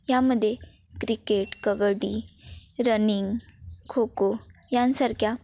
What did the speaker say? यामध्ये cricket kabaddi running kho kho यासारख्या